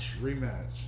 Rematch